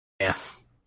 Yes